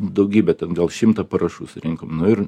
daugybė ten gal šimtą parašų surinkom nu ir